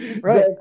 Right